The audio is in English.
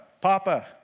Papa